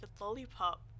lollipop